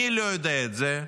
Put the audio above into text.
מי לא יודע את זה?